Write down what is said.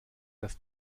das